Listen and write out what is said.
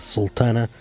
Sultana